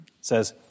says